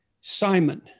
Simon